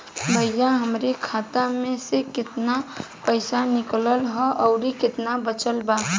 भईया हमरे खाता मे से कितना पइसा निकालल ह अउर कितना बचल बा?